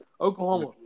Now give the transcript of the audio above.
Oklahoma